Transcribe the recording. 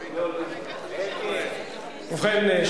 יוצאי אתיופיה ו-24,000 בתי-אב יוצאי אתיופיה,